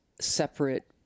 separate